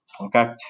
Okay